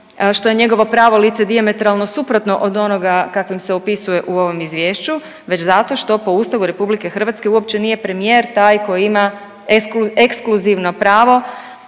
što je njegovo pravo lice dijametralno suprotno od onoga kakvim se opisuje u ovom Izvješću, već zato što po Ustavu RH uopće nije premijer taj koji ima ekskluzivno pravo